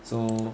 so